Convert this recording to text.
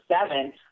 seven